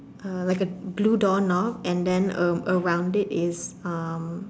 a like a blue door knob and then a around it is um